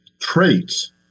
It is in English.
traits